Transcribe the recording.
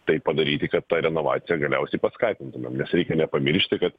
taip padaryti kad tą renovaciją galiausiai paskatintumėm nes reikia nepamiršti kad